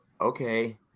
okay